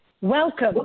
Welcome